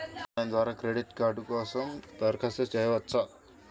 Online ద్వారా credit card కోసం దరఖాస్తు చేయవచ్చా?